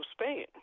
Spain